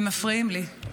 הם מפריעים לי.